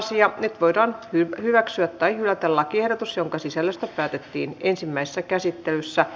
nyt voidaan hyväksyä tai hylätä lakiehdotus jonka sisällöstä päätettiin ensimmäisessä käsittelyssä